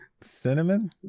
Cinnamon